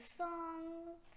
songs